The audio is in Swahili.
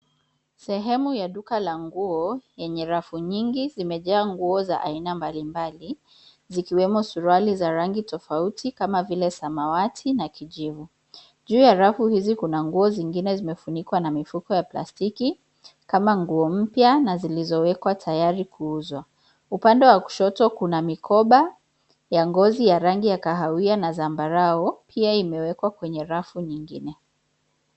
Sehemu ya duka la nguo enye rafu nyingi zimejaa nguo za aina mbali mbali, zikiwemo suruali za rangi tofauti kama vile samawati na kijivu. Juu ya rafu hizi kuna nguzo zingine zimefunikwa na mifuko ya plastiki, kama nguo mpya na zilizowekwa tayari kuuzwa. Upande wa kushoto kuna mikoba ya ngozi ya rangi ya kahawia na zambarau, pia imewekwa kwenye rafu nyingine.